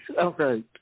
Okay